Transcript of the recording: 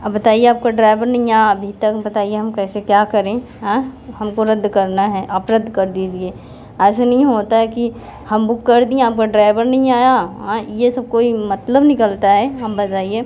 अब बताइए आपका ड्राइवर नहीं है अभी तक बताइए हम कैसे क्या करें आँय हमको रद्द करना है आप रद्द कर दीजिए ऐसे नहीं होता है कि हम बुक कर दिएँ आपका ड्राइवर नहीं आया आँय ये सब कोई मतलब निकलता है हम बताइए